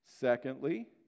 Secondly